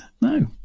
no